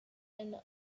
and